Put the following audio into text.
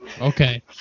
Okay